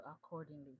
accordingly